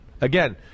Again